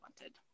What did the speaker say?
wanted